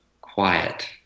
quiet